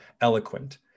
eloquent